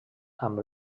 amb